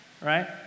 right